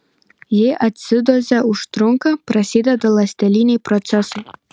jei acidozė užtrunka prasideda ląsteliniai procesai